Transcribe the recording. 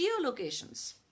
geolocations